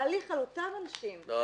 להחיל על אותם אנשים --- לא,